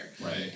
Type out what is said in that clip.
Right